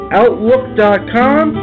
outlook.com